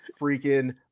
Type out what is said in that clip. freaking